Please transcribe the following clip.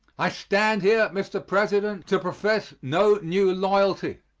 i stand here, mr. president, to profess no new loyalty.